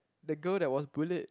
the girl that was bullied